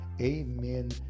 amen